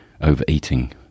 overeating